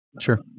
Sure